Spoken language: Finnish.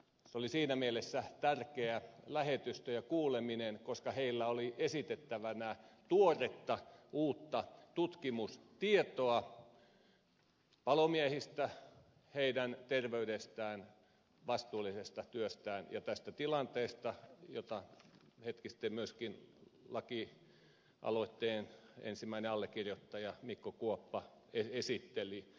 se oli siinä mielessä tärkeä lähetystö ja kuuleminen koska heillä oli esitettävänä tuoretta uutta tutkimustietoa palomiehistä heidän terveydestään vastuullisesta työstään ja tästä tilanteesta jota hetki sitten myöskin lakialoitteen ensimmäinen allekirjoittaja mikko kuoppa esitteli